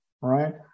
right